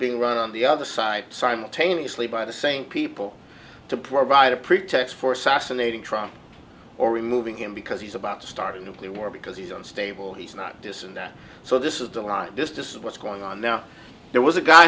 being run on the other side simultaneously by the same people to provide a pretext for sas in a trunk or removing him because he's about to start a nuclear war because he's unstable he's not dissin that so this is the line this just what's going on now there was a guy